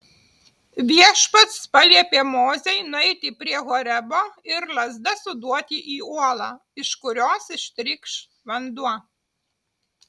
viešpats paliepė mozei nueiti prie horebo ir lazda suduoti į uolą iš kurios ištrykš vanduo